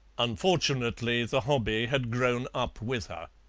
unfortunately the hobby had grown up with her.